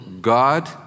God